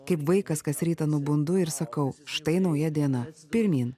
kaip vaikas kas rytą nubundu ir sakau štai nauja diena pirmyn